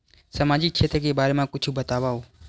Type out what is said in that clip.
सामाजिक क्षेत्र के बारे मा कुछु बतावव?